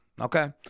Okay